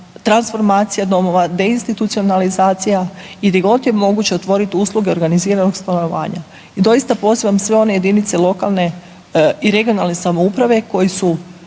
transformacija domova, deinstitucionalizacija i di god je moguće otvorit usluge organiziranog stanovanja. I doista pozivam sve one jedinice lokalne i regionalne samouprave koji su,